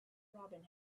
robin